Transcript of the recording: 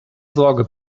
sorge